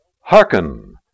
Hearken